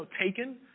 taken